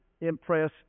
impress